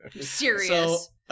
Serious